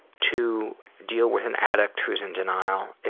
to deal with an addict who is in denial.